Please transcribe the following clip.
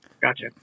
Gotcha